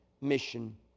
mission